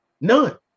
None